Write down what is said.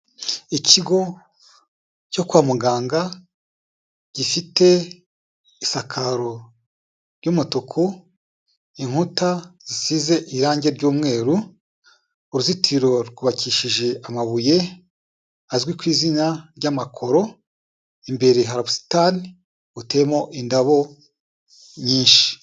Ikigo cyo kwa muganga, gifite isakaro ry'umutuku, inkuta zisize irangi ry'umweru, uruzitiro rwubakishije amabuye azwi ku izina ry'amakoro, imbere hari ubusitani buteyemo indabo nyinshi.